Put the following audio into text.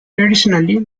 traditionally